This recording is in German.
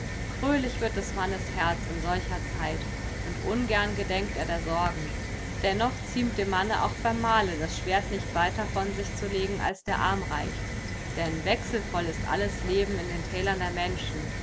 fröhlich wird des mannes herz in solcher zeit und ungern gedenkt er der sorgen dennoch ziemt dem manne auch beim mahle das schwert nicht weiter von sich zu legen als der arm reicht denn wechselvoll ist alles leben in den tälern der menschen